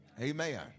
Amen